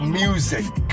music